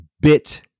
bit